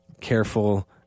Careful